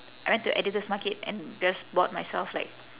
I went to editor's market and just bought myself like